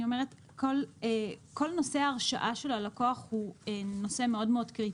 כל נושא ההרשאה של הלקוח הוא נושא מאוד מאוד קריטי.